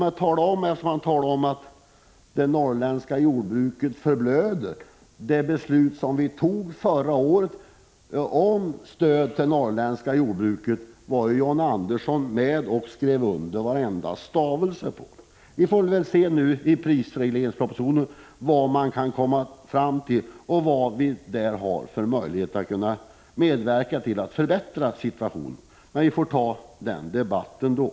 Men John Andersson talar om att det norrländska jordbruket förblöder. John Andersson skrev under varenda stavelse i det beslut om stöd till det norrländska jordbruket som vi fattade förra året. Vi får se vad regeringen kommer fram till i prisregleringspropositionen och vilka möjligheter vi ges att kunna medverka till att förbättra situationen. Vi kan då föra debatten om det norrländska jordbruket.